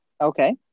Okay